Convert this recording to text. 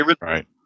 Right